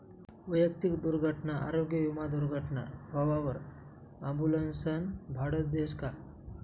वैयक्तिक दुर्घटना आरोग्य विमा दुर्घटना व्हवावर ॲम्बुलन्सनं भाडं देस का?